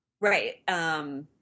Right